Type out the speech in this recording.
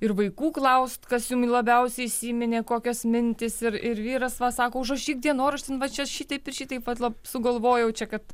ir vaikų klaust kas jum labiausiai įsiminė kokios mintys ir ir vyras va sako užrašyk dienoraštin va čia šitaip ir šitaip pats sugalvojau čia kad